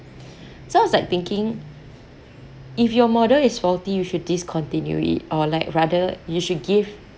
so I was like thinking if your model is faulty you should discontinue it or like rather you should give